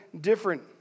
different